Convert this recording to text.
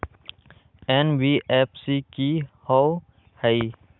NBFC कि होअ हई?